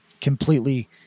completely